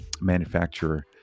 manufacturer